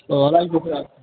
Saurashtra Gujarat